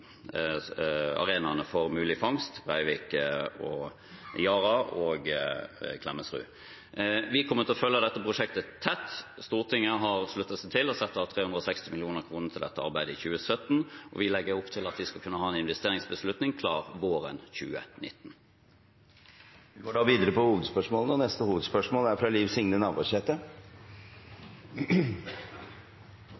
arenaene for mulig fangst – Brevik, Yara og Klemetsrud. Vi kommer til å følge dette prosjektet tett. Stortinget har sluttet seg til og satt av 360 mill. kr til dette arbeidet i 2017, og vi legger opp til at vi skal kunne ha en investeringsbeslutning klar våren 2019. Vi går